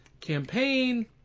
campaign